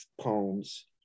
poems